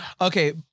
Okay